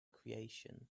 creation